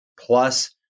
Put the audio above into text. plus